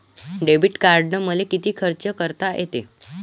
Debit कार्डानं मले किती खर्च करता येते?